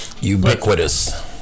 Ubiquitous